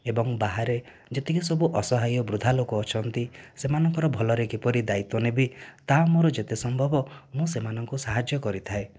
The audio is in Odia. ଏବଂ ବାହାରେ ଯେତିକି ସବୁ ଅସହାୟ ବୃଦ୍ଧା ଲୋକ ଅଛନ୍ତି ସେମାନଙ୍କର ଭଲରେ କିପରି ଦାୟିତ୍ୱ ନେବି ତାହା ମୋର ଯେତେ ସମ୍ଭବ ମୁଁ ସେମାନଙ୍କୁ ସାହାଯ୍ୟ କରିଥାଏ